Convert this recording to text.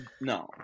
no